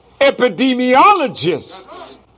epidemiologists